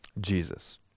Jesus